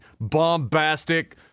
bombastic